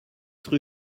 rue